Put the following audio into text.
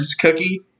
cookie